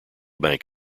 bank